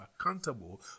accountable